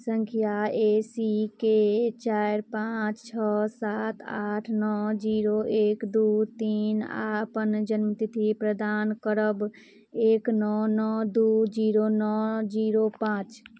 संख्या A C के चारि पाँच छओ सात आठ नओ जीरो एक दू तीन आ अपन जन्म तिथि प्रदान करब एक नओ नओ दू जीरो नओ जीरो पाँच